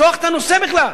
לפתוח את הנושא בכלל.